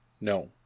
No